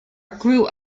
grew